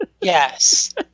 Yes